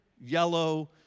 yellow